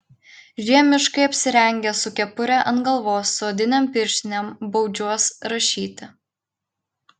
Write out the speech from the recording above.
žiemiškai apsirengęs su kepure ant galvos su odinėm pirštinėm baudžiuos rašyti